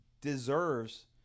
deserves